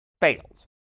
fails